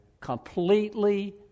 completely